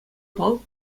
палӑк